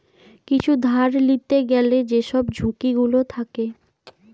কিছু ধার লিতে গ্যালে যেসব ঝুঁকি গুলো থাকে